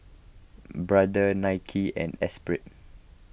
Brother Nike and Esprit